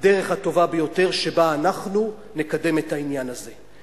הדרך הטובה ביותר שבה אנחנו נקדם את העניין הזה.